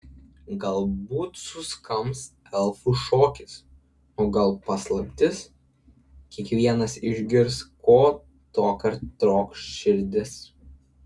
galbūt suskambs elfų šokis o gal paslaptis kiekvienas išgirs ko tuokart trokš širdis